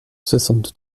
soixante